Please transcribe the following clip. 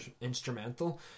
instrumental